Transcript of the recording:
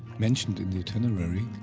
mentioned in the itinerary,